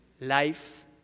life